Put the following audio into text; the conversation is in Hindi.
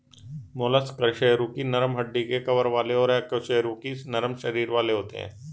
मोलस्क कशेरुकी नरम हड्डी के कवर वाले और अकशेरुकी नरम शरीर वाले होते हैं